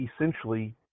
essentially